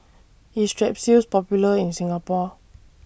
IS Strepsils Popular in Singapore